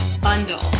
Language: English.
bundle